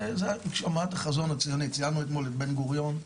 הזכרנו אתמול את בן גוריון.